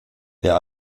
der